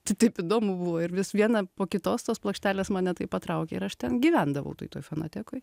tai taip įdomu buvo ir vis vieną po kitos tos plokštelės mane taip patraukė ir aš ten gyvendavau tai toj fonotekoj